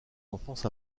enfance